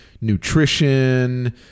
nutrition